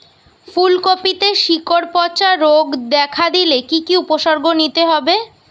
ফুলকপিতে শিকড় পচা রোগ দেখা দিলে কি কি উপসর্গ নিতে হয়?